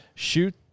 shoot